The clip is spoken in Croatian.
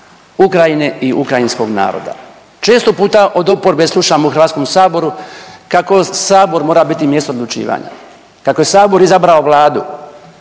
Ukrajine i ukrajinskog naroda. Često puta od oporbe slušam u Hrvatskom saboru kako Sabor mora biti mjesto odlučivanja, kako je Sabor izabrao Vladu,